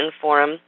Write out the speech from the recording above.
forum